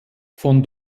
von